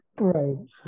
Right